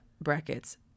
brackets